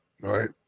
right